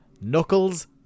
Knuckles